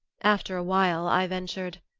after a while i ventured,